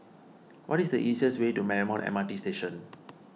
what is the easiest way to Marymount M R T Station